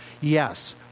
Yes